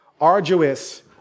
arduous